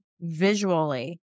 visually